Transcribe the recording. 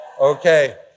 Okay